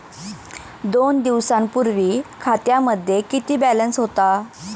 दोन दिवसांपूर्वी खात्यामध्ये किती बॅलन्स होता?